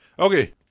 Okay